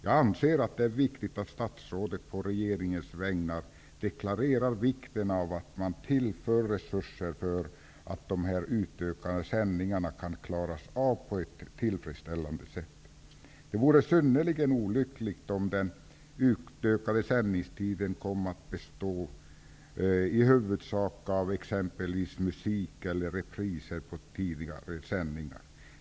Jag anser att det är viktigt att statsrådet på regeringens vägnar deklarerar vikten av att resurser tillförs, så att de utökade sändningarna kan klaras av på ett tillfredsställande sätt. Det vore synnerligen olyckligt om den utökade sändningstiden i huvudsak skulle komma att bestå av exempelvis musik eller repriser på tidigare sända program.